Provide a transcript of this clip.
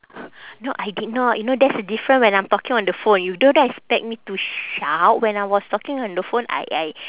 no I did not you know that's the different when I'm talking on the phone you don't expect me to shout when I was talking on the phone I I